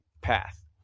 path